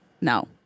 no